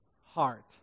heart